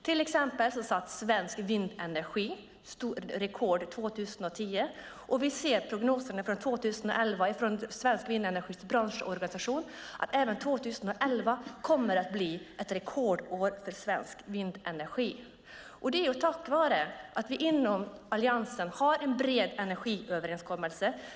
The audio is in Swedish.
Till exempel satte svensk vindenergi rekord 2010, och vi ser i prognoserna för 2011 från branschorganisation Svensk Vindenergi att även detta år kommer att bli ett rekordår för svensk vindenergi. Det är tack vare att vi inom Alliansen har en bred energiöverenskommelse.